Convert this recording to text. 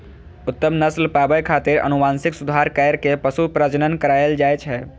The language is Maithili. उत्तम नस्ल पाबै खातिर आनुवंशिक सुधार कैर के पशु प्रजनन करायल जाए छै